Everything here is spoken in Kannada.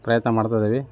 ಪ್ರಯತ್ನ ಮಾಡ್ತಿದ್ದೀವಿ